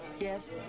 Yes